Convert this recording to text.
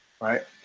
right